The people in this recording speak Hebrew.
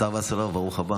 השר וסלאוף, ברוך הבא